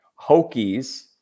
Hokies